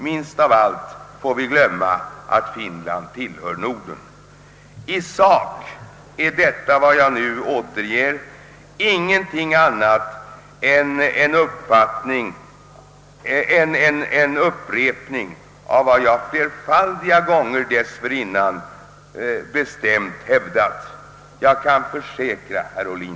Minst av allt får vi glömma att Finland tillhör Norden.» I sak är vad jag nu återgivit ingenting annat än en upprepning av vad jag flerfaldiga gånger dessförinnan bestämt hävdat. Det kan jag försäkra herr Ohlin.